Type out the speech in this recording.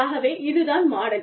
ஆகவே இது தான் மாடல்